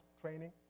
training